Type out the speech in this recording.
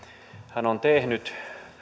hän on tehnyt